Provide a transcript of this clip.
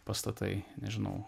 pastatai nežinau